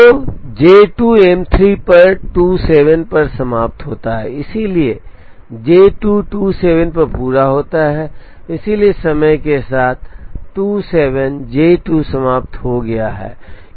तो J 2 M 3 पर 27 पर समाप्त होता है इसलिए J 2 27 पर पूरा होता है इसलिए समय के साथ 27 J 2 समाप्त हो गया है